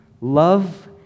love